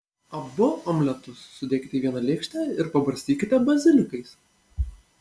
abu omletus sudėkite į vieną lėkštę ir pabarstykite bazilikais